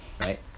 Right